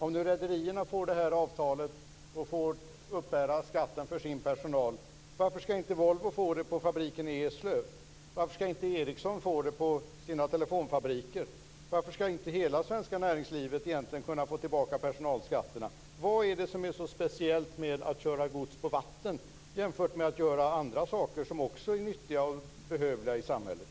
Om nu rederierna får det här avtalet och får uppbära skatten för sin personal, varför skall inte Volvo få det på fabriken i Eslöv, varför skall inte Ericsson få det på sina telefonfabriker, och varför skall egentligen inte hela svenska näringslivet kunna få tillbaka personalskatterna? Vad är det som är så speciellt med att köra gods på vatten jämfört med att göra andra saker som också är nyttiga och behövliga i samhället?